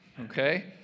okay